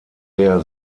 der